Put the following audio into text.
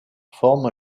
forme